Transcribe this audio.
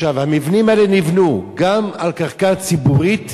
עכשיו, המבנים האלה נבנו גם על קרקע ציבורית